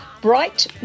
bright